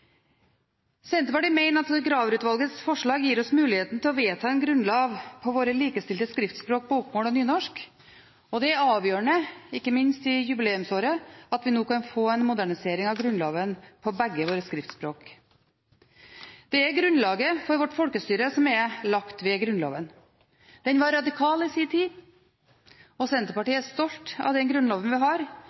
Senterpartiet mener at Graver-utvalgets forslag gir oss mulighet til å vedta en grunnlov på våre likestilte skriftspråk, bokmål og nynorsk. Det er avgjørende, ikke minst i jubileumsåret, at vi kan få en modernisering av Grunnloven på begge våre skriftspråk. Det er grunnlaget for vårt folkestyre som er nedfelt i Grunnloven. Den var radikal i sin tid. Senterpartiet er stolt av den grunnloven vi har,